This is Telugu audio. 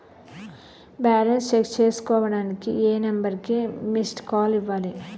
బాలన్స్ చెక్ చేసుకోవటానికి ఏ నంబర్ కి మిస్డ్ కాల్ ఇవ్వాలి?